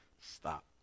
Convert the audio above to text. Stop